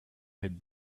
had